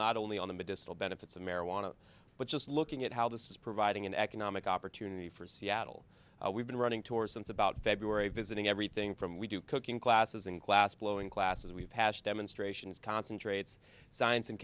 not only on the medicinal benefits of marijuana but just looking at how this is providing an economic opportunity for seattle we've been running tours since about february visiting everything from we do cooking classes and glassblowing classes we've passed them and ration is concentrates science and